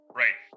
right